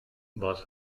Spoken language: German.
was